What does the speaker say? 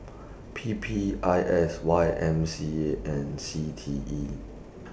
P P I S Y M C A and C T E